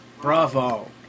Bravo